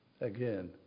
Again